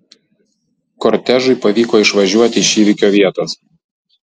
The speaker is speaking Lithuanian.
kortežui pavyko išvažiuoti iš įvykio vietos